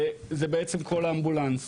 זה כל אמבולנס.